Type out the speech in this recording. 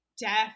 death